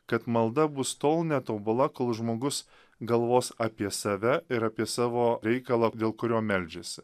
kad malda bus tol netobula kol žmogus galvos apie save ir apie savo reikalą dėl kurio meldžiasi